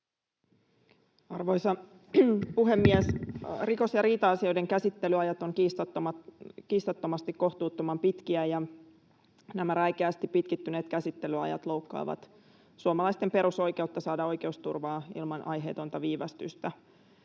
Arvoisa puhemies! Rikos‑ ja riita-asioiden käsittelyajat ovat kiistattomasti kohtuuttoman pitkiä, ja nämä räikeästi pitkittyneet käsittelyajat loukkaavat suomalaisten perusoikeutta saada oikeusturvaa ilman aiheetonta viivästystä.